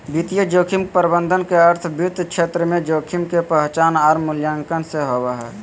वित्तीय जोखिम प्रबंधन के अर्थ वित्त क्षेत्र में जोखिम के पहचान आर मूल्यांकन से हय